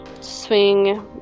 swing